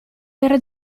era